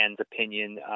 opinion